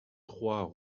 trois